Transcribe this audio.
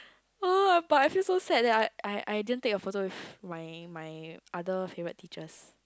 oh but I feel so sad leh I I I didn't take a photo with my my other favourite teachers